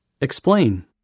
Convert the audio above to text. Explain